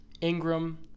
Ingram